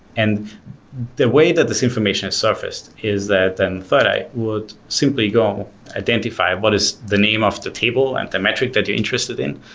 and the way that this information is surfaced is that and thought i would simply go identify what is the name of the table and the metric that you're interested in,